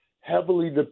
heavily